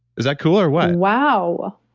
is that cool or what? wow.